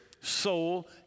soul